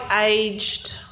aged